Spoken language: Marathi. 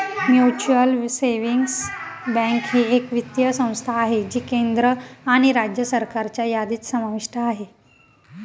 म्युच्युअल सेविंग्स बँक ही एक वित्तीय संस्था आहे जी केंद्र आणि राज्य सरकारच्या यादीत समाविष्ट आहे